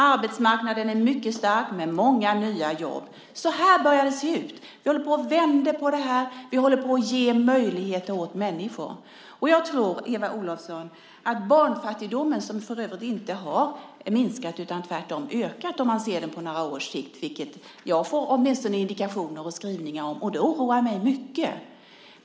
Arbetsmarknaden är mycket stark med många nya jobb. Så här börjar det se ut. Vi håller på att vända på det här. Vi håller på att ge möjligheter åt människor. Barnfattigdomen, Eva Olofsson, har inte minskat utan tvärtom ökat om man ser den på några års sikt, vilket åtminstone jag får indikationer och skrivningar om, och det oroar mig mycket.